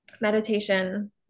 meditation